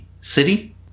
city